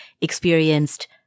experienced